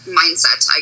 mindset